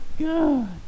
God